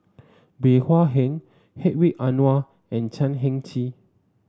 Bey Hua Heng Hedwig Anuar and Chan Heng Chee